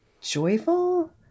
joyful